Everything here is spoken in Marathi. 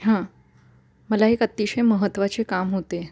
हां मला एक अतिशय महत्त्वाचे काम होते